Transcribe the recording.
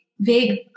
big